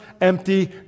empty